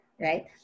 right